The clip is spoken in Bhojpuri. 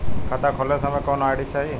खाता खोलत समय कौन आई.डी चाही?